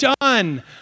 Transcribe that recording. done